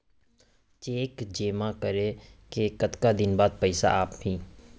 Cheque जेमा करे के कतका दिन बाद पइसा आप ही?